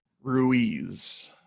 Ruiz